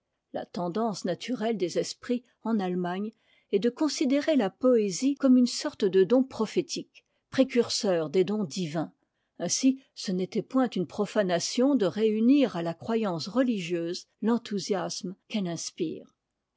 la tendance naturelle des esprits en allemagne est de considérer la poésie comme une sorte de don prophétique précurseur des dons divins ainsi ce n'était point une profanation de réunir à la croyance religieuse l'enthousiasme qu'elle inspire